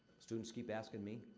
students keep asking me,